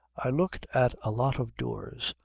i looked at a lot of doors,